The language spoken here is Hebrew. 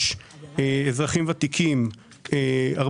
קשה מאוד ואני אימצתי את כל מסקנות הוועדה כאשר